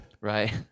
Right